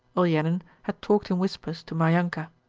olenin had talked in whispers to maryanka.